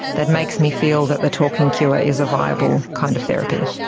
that makes me feel that the talking cure is a viable kind of therapy.